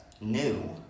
new